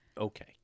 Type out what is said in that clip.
Okay